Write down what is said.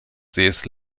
sees